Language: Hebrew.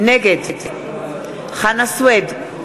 נגד חנא סוייד,